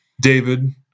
David